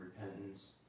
repentance